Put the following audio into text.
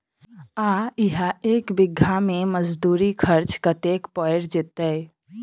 आ इहा एक बीघा मे मजदूरी खर्च कतेक पएर जेतय?